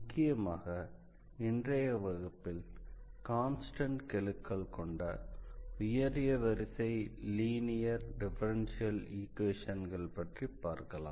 முக்கியமாக இன்றைய வகுப்பில் கான்ஸ்டண்ட் கெழுக்கள் கொண்ட உயரிய வரிசை லீனியர் டிஃபரன்ஷியல் ஈக்வேஷன்கள் பற்றிப் பார்க்கலாம்